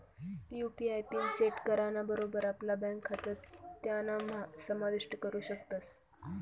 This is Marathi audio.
यू.पी.आय पिन सेट कराना बरोबर आपला ब्यांक खातं त्यानाम्हा समाविष्ट करू शकतस